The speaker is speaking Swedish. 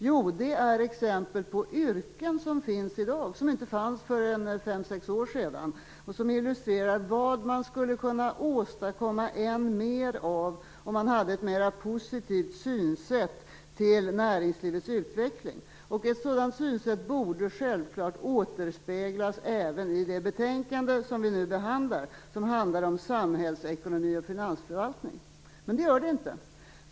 Jo, det är exempel på yrken som finns i dag men som inte fanns för fem, sex år sedan och som illustrerar vad man skulle kunna åstadkomma än mer av, om man hade ett mera positivt sätt att se på näringslivets utveckling. Ett sådant synsätt borde självklart återspeglas även i det betänkande som vi nu behandlar och som berör samhällsekonomi och finansförvaltning, men så är inte fallet.